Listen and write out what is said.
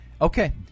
Okay